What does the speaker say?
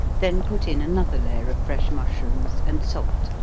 then put in another layer of fresh mushrooms, and salt,